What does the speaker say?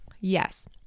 Yes